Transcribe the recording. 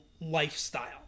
lifestyle